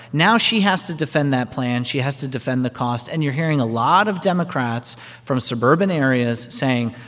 now she has to defend that plan. she has to defend the cost. and you're hearing a lot of democrats from suburban areas saying,